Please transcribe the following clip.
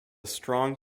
strong